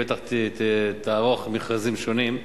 בטח תערוך מכרזים שונים.